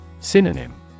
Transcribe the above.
Synonym